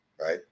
right